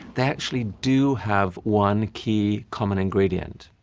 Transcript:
they actually do have one key common ingredient.